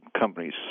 companies